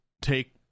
take